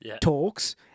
talks